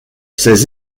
ces